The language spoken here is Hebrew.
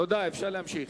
תודה, אפשר להמשיך.